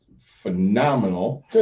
phenomenal